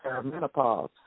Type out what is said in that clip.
perimenopause